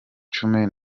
cumi